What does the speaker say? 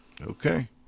Okay